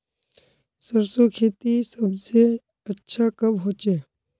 सरसों खेती सबसे अच्छा कब होचे?